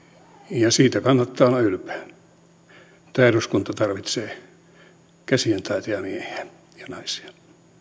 siitä kannattaa olla ylpeä tämä eduskunta tarvitsee käsientaitajamiehiä ja naisia